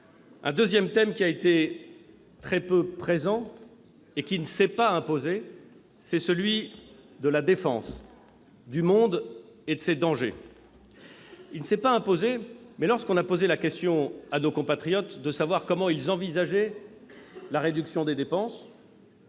Un deuxième thème a été très peu présent, et ne s'est pas imposé : celui de la défense, du monde et de ses dangers. Il ne s'est pas imposé ; en revanche, lorsque la question a été posée à nos compatriotes de savoir comment ils envisageaient la réduction des dépenses-